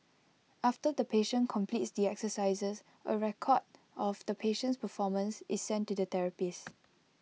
after the patient completes the exercises A record of the patient's performance is sent to the therapist